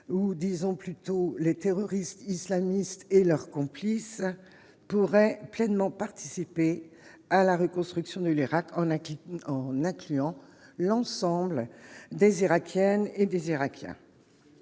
ou disons plutôt les terroristes islamistes et leurs complices pourrait pleinement participer à la reconstruction de l'Irak en Aquitaine, en incluant l'ensemble des irakiennes et des Irakiens